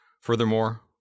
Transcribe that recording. Furthermore